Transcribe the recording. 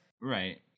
Right